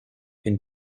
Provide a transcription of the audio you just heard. une